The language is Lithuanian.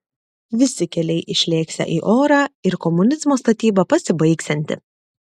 visi keliai išlėksią į orą ir komunizmo statyba pasibaigsianti